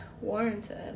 warranted